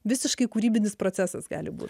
visiškai kūrybinis procesas gali būt